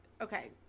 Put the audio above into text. okay